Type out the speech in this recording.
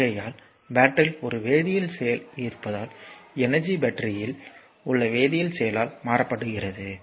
ஆகையால் பேட்டரியில் ஒரு வேதியியல் செயல் இருப்பதால் எனர்ஜி பேட்டரியில் உள்ள வேதியியல் செயலால் மாற்றப்படுகிறது